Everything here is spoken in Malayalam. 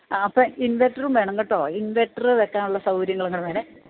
ആ അപ്പോൾ ഇൻവെർട്ടറും വേണം കേട്ടോ ഇൻവെർട്ടറ് വയ്ക്കാനുള്ള സൗകര്യം കൂടെ വേണം